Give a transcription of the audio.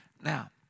Now